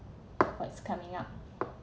what's coming up